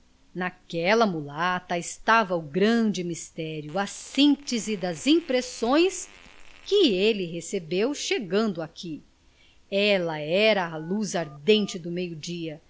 enamorados naquela mulata estava o grande mistério a síntese das impressões que ele recebeu chegando aqui ela era a luz ardente do meio-dia